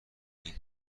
این